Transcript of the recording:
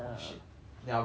ya but you know it lah